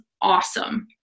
awesome